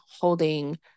holding